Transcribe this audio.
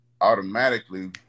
automatically